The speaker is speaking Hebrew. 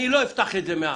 אני לא אפתח את זה מעל.